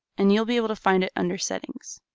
and you'll be able to find it under settings.